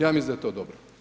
Ja mislim da je to dobro.